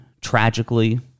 tragically